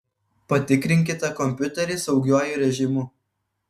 patikrinkite kompiuterį saugiuoju režimu